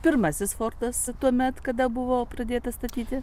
pirmasis fortas tuomet kada buvo pradėtas statyti